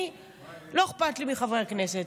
לא אכפת לי מחברי הכנסת,